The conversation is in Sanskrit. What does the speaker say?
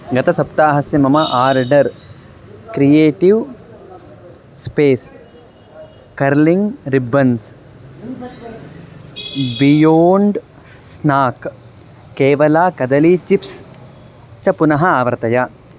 गतसप्ताहस्य मम order creative space curling ribbons beyond snack Kerala कदली चिप्स् च पुनः आवर्तय